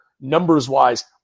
numbers-wise